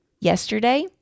yesterday